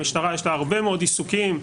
המשטרה יש לה הרבה מאוד עיסוקים,